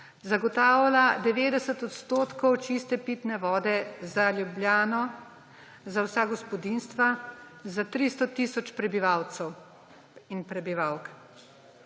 Zagotavlja 90 odstotkov čiste pitne vode za Ljubljano za vsa gospodinjstva, za 300 tisoč prebivalcev in prebivalk.